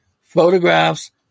photographs